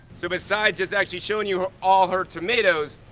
so besides just actually showing you all her tomatoes,